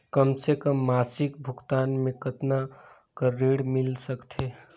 कम से कम मासिक भुगतान मे कतना कर ऋण मिल सकथे?